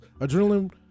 Adrenaline